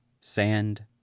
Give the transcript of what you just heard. sand